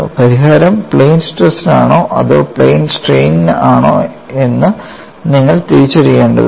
പരിഹാരം പ്ലെയിൻ സ്ട്രെസ്നാണോ അതോ പ്ലെയിൻ സ്ട്രെയിനിന് ആണോ എന്ന് നിങ്ങൾ തിരിച്ചറിയേണ്ടതുണ്ട്